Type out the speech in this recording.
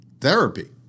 therapy